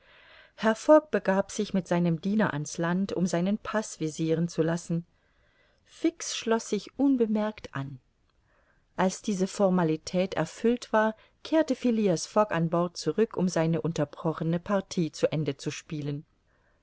begab sich mit seinem diener an's land um seinen paß visiren zu lassen fix schloß sich unbemerkt an als diese formalität erfüllt war kehrte phileas fogg an bord zurück um seine unterbrochene partie zu ende zu spielen